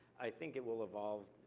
i think it will evolve.